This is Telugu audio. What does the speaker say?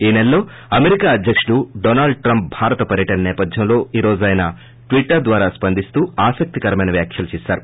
ఈ నెలలో అమెరికా అధ్యక్షుడు డొనాల్ ట్రంప్ భారత్ పర్వటన నేపధ్యంలో ఈ రోజు ఆయన ట్విట్టర్ ద్వారా స్పందిస్తూ ఆసక్తికరమైన వ్యాఖ్యలు చేసారు